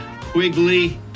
Quigley